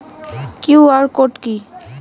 QR code কি?